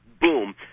boom